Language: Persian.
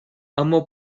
اما